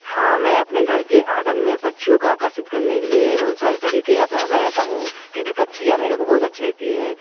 हाँ मैं अपने घर के आँगन में पक्षियों को आकर्षित करने के लिए बहुत सारे तरीके अपनाता रहता हूँ क्योंकि पक्षियाँ मेरे को बहुत अच्छी लगती हैं